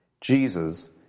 Jesus